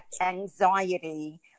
anxiety